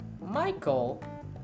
Michael